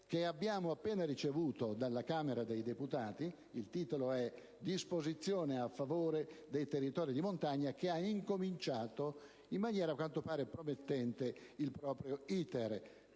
che abbiamo appena ricevuto dalla Camera dei deputati, il cui titolo è «Disposizioni a favore dei territori di montagna», che ha cominciato in maniera a quanto pare promettente il proprio *iter*.